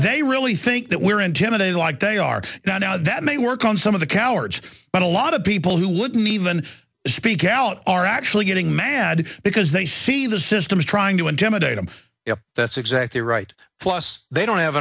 they really think that we're intimidated like they are now that may work on some of the cowards but a lot of people who wouldn't even speak out are actually getting mad because they see the system as trying to intimidate and that's exactly right plus they don't have